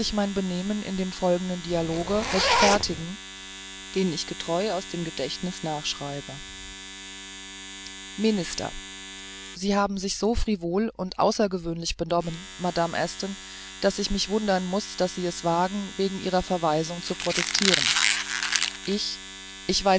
mein benehmen in dem folgenden dialoge rechtfertigen den ich getreu aus dem gedächtnisse nachschreibe minister sie haben sich so frivol und außergewöhnlich benommen madame aston daß ich mich wundern muß wie sie es wagen gegen ihre verweisung zu protestiren ich